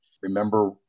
remember